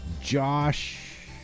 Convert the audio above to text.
Josh